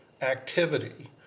activity